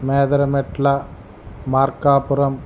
Medarametla Markapuram